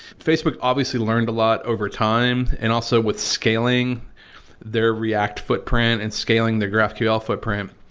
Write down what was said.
facebook obviously learned a lot over time and also with scaling their react footprint and scaling their graphql footprint,